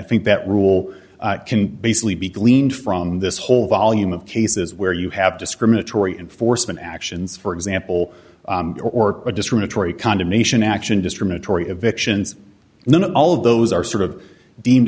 think that rule can basically be gleaned from this whole volume of cases where you have discriminatory enforcement actions for example or a discriminatory condemnation action discriminatory evictions and then all of those are sort of deemed